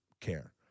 care